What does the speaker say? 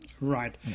Right